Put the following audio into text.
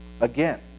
Again